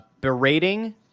berating